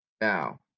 now